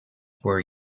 were